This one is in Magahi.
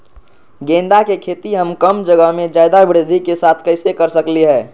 गेंदा के खेती हम कम जगह में ज्यादा वृद्धि के साथ कैसे कर सकली ह?